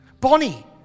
Bonnie